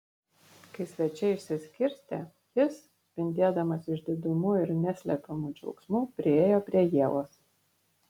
kai svečiai išsiskirstė jis spindėdamas išdidumu ir neslepiamu džiaugsmu priėjo prie ievos